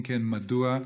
2. אם כן, מדוע?